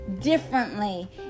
differently